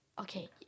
Okay